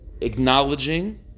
acknowledging